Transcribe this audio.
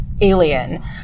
alien